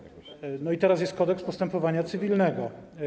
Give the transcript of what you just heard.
I teraz jest Kodeks postępowania cywilnego.